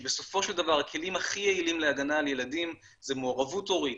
שבסופו של דבר הכלים הכי יעילים להגנה על ילדים זה מעורבות הורית,